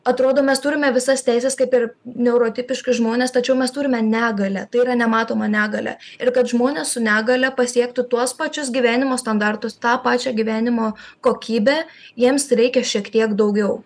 atrodo mes turime visas teises kaip ir neurotipiški žmonės tačiau mes turime negalią tai yra nematoma negalia ir kad žmonės su negalia pasiektų tuos pačius gyvenimo standartus tą pačią gyvenimo kokybę jiems reikia šiek tiek daugiau